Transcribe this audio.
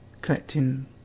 collecting